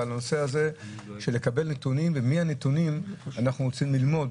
הנושא של קבלת נתונים ומהנתונים אנחנו רוצים ללמוד